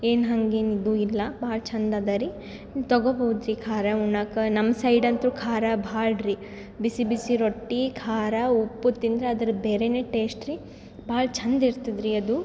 ಏನು ಹಂಗೇನು ಇದು ಇಲ್ಲ ಭಾಳ ಛಂದ ಅದರಿ ತಗೋಬೋದ್ರಿ ಖಾರ ಉಣ್ಣಾಕ ನಮ್ಮ ಸೈಡ್ ಅಂತೂ ಖಾರ ಭಾಳ ರೀ ಬಿಸಿ ಬಿಸಿ ರೊಟ್ಟಿ ಖಾರ ಉಪ್ಪು ತಿಂದ್ರೆ ಅದರ ಬೇರೆನೇ ಟೇಶ್ಟ್ ರೀ ಭಾಳ ಛಂದ ಇರ್ತದ್ರಿ ಅದು